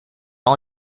all